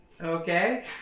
Okay